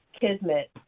kismet